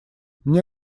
мне